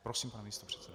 Prosím, pane místopředsedo.